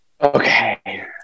Okay